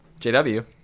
jw